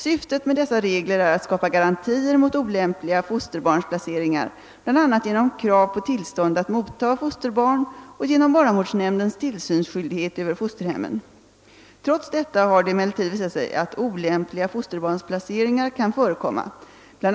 Syftet med dessa regler är att skapa garantier mot olämpliga fosterbarnsplaceringar bl.a. genom krav på tillstånd att motta fosterbarn och genom barnavårdsnämndens tillsynsskyldighet över fosterhemmen. Trots detta har det emellertid visat sig att olämpliga fosterbarnsplaceringar kan förekomma. Bl.